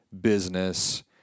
business